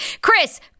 Chris